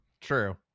true